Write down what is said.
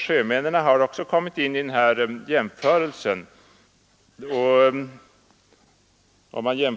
Sjömännen har också kommit in i den här jämförelsen.